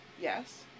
Yes